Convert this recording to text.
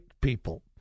people